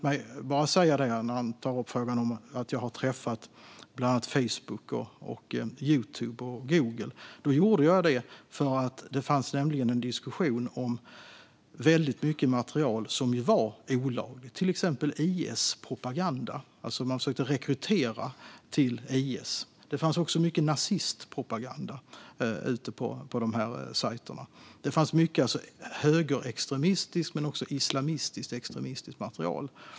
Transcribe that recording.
Men när han tar upp frågan om att jag har träffat representanter för Facebook, Youtube och Google vill jag få framföra att jag gjorde det därför att det fanns en diskussion om mycket material som var olagligt, till exempel IS-propaganda. Man försökte rekrytera till IS. Det fanns också mycket nazistpropaganda på dessa sajter. Det fanns mycket högerextremistiskt och även islamistisk-extremistiskt material.